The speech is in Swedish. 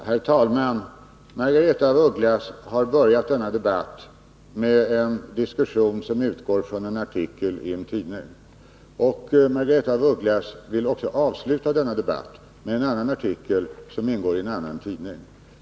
Herr talman! Margaretha af Ugglas började denna debatt med en diskussion, som utgick från en artikel i en tidning. Hon vill också avsluta denna debatt med en artikel från en annan tidning.